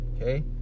okay